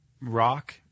rock